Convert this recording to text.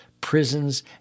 prisons